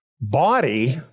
body